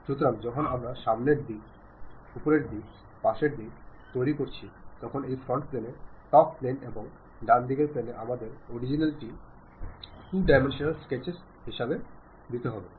সুতরাং যখন আমরা সামনের দিক উপরের দিক পাশের দিক তৈরি করছি তখন এই ফ্রন্ট প্লেন টপ প্লেন এবং ডানদিকের প্লেন আমাদের অরিজিনাল দ্বি ডাইমেনশনাল স্কেটচএস দেবে না